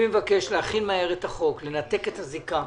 להכין מהר את החוק, לנתק את הזיקה.